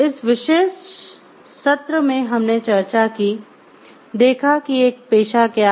इस विशेष सत्र में हमने चर्चा की देखा कि एक पेशा क्या है